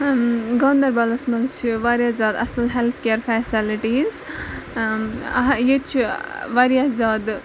گاندَربَلَس منٛز چھِ واریاہ زیادٕ اَصٕل ہٮ۪لٕتھ کِیَر فیسَلٹیٖز اَہا ییٚتہِ چھِ واریاہ زیادٕ